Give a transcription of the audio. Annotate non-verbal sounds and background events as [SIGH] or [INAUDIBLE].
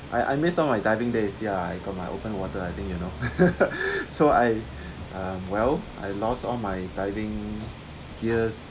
I I miss all my diving days ya I got my open water I think you know [LAUGHS] so I um well I lost all my diving gears